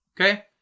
Okay